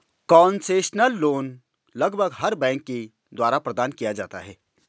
concessional loan लगभग हर एक बैंक के द्वारा प्रदान किया जाता है